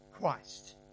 Christ